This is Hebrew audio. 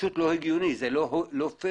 פשוט לא הגיוני ולא הוגן.